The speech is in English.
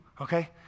okay